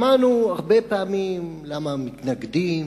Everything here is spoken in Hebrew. שמענו הרבה פעמים למה מתנגדים